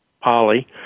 Polly